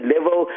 level